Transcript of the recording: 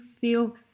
feel